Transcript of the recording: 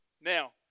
Now